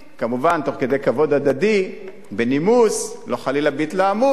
כמובן, בכבוד הדדי, בנימוס, לא חלילה בהתלהמות.